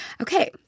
Okay